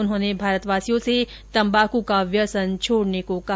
उन्होंने भारत वासियों से तम्बाकू को व्यसन छोड़ने को कहा